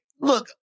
Look